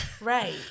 right